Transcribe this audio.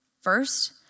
First